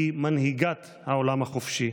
היא מנהיגת העולם החופשי.